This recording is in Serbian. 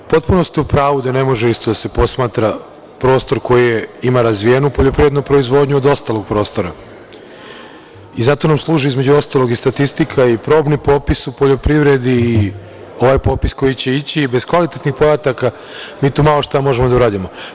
Potpuno ste u pravu da ne može isto da se posmatra prostor koji ima razvijenu poljoprivrednu proizvodnju od ostalog prostora i zato nam služi, između ostalog, i statistika, probni popis u poljoprivredi i ovaj popis koji će ići i bez kvalitetnih podataka mi tu malo šta možemo da uradimo.